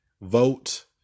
vote